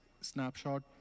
snapshot